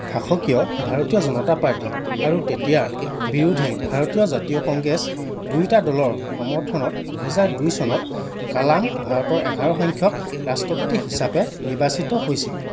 শাসকীয় ভাৰতীয় জনতা পাৰ্টী আৰু তেতিয়াৰ বিৰোধী ভাৰতীয় জাতীয় কংগ্ৰেছ দুয়োটা দলৰ সমৰ্থনত দুহাজাৰ চনত কালাম ভাৰতৰ এঘাৰ সংখ্যক ৰাষ্ট্ৰপতি হিচাপে নিৰ্বাচিত হৈছিল